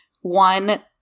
one